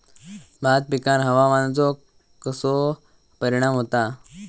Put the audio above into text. भात पिकांर हवामानाचो कसो परिणाम होता?